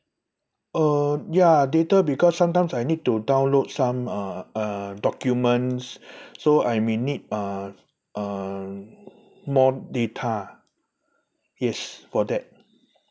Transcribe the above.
uh ya data because sometimes I need to download some uh uh documents so I may need uh uh more data yes for that